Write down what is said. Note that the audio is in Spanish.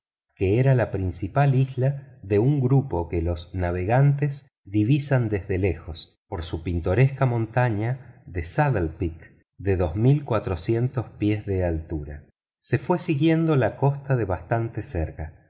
que era la principal isla de un grupo que los naveganes divisan desde lejos por su pintoresca montaña de saddle peek de dos mil cuatrocientos pies de altura se fue siguiendo la costa de bastante cerca